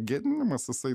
gėdinimas jisai